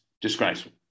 disgraceful